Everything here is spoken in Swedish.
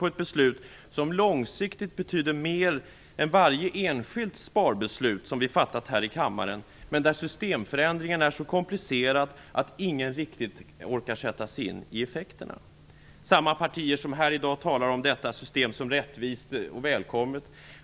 Det betyder långsiktigt mer än varje enskilt sparbeslut vi fattat här i kammaren, men systemförändringen är så komplicerad att ingen riktigt orkar sätta sig in i effekterna. En del partier talar här i dag om detta system som rättvist och välkommet.